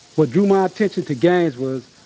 what drew my attention to gangs was,